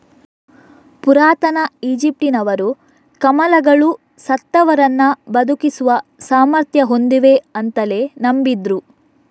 ಪುರಾತನ ಈಜಿಪ್ಟಿನವರು ಕಮಲಗಳು ಸತ್ತವರನ್ನ ಬದುಕಿಸುವ ಸಾಮರ್ಥ್ಯ ಹೊಂದಿವೆ ಅಂತಲೇ ನಂಬಿದ್ರು